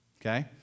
Okay